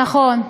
נכון.